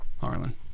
Harlan